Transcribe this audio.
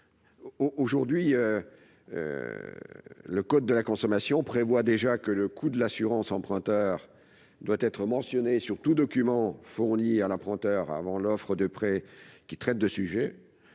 puisque le code de la consommation prévoit déjà que le coût de l'assurance emprunteur doit être mentionné sur tout document fourni à l'emprunteur avant l'offre de prêt qui traite de ce sujet.